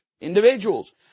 Individuals